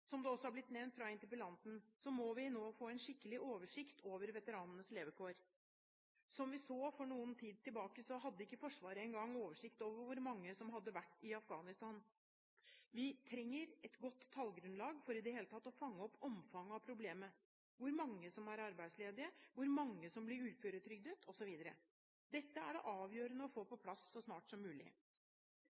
Som det også er blitt nevnt av interpellanten, må vi nå få en skikkelig oversikt over veteranenes levekår. For en tid tilbake så vi at ikke engang Forsvaret hadde oversikt over hvor mange som hadde vært i Afghanistan. Vi trenger et godt tallgrunnlag for i det hele tatt å fange opp omfanget av problemet: hvor mange som er arbeidsledige, hvor mange som blir uføretrygdet, osv. Dette er det avgjørende å få på plass så snart som mulig.